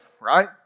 right